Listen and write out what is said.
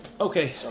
Okay